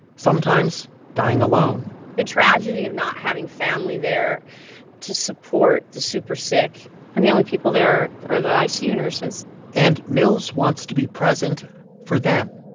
sometimes dying alone the tragedy of not having family there to support the super-sick and the only people there are the icu nurses and mills wants to be present for them.